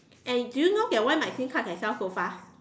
and do you know that why my sim card can sell so fast